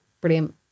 Brilliant